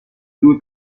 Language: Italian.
due